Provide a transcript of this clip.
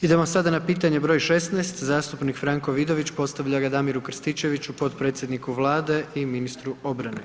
Idemo sada na pitanje broj 16 zastupnik Franko Vidović postavlja ga Damiru Krstičeviću, potpredsjedniku Vlade i ministru obrane.